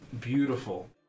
beautiful